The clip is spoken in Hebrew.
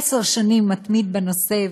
עשר שנים מתמיד בנושא.